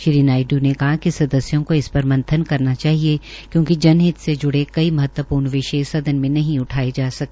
श्री नायडू ने कहा कि सदस्यों को इस पर मंथन करना चाहिए क्योंकि जनहित से ज्ड़े कई महत्वपूर्ण विषय सदन में नहीं उठाये जा सके